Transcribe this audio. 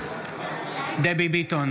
בעד דבי ביטון,